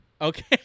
Okay